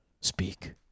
speak